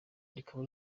rikaba